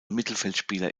mittelfeldspieler